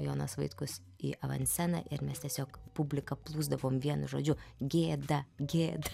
jonas vaitkus į avansceną ir mes tiesiog publiką plūsdavom vienu žodžiu gėda gėda